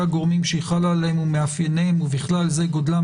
הגורמים שהיא חלה עליהם ומאפייניהם ובכלל זה גודלם,